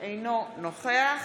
אינו נוכח